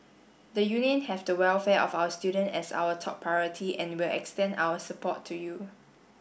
the union have the welfare of our student as our top priority and will extend our support to you